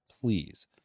please